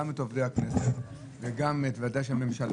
את עובדי הכנסת וגם את --- הממשלה.